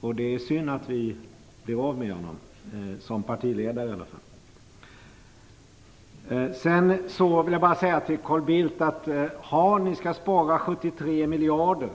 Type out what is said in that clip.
för. Det är synd att vi blir av med honom som Folkpartiets partiledare. Carl Bildt sade att ni vill spara 73 miljarder.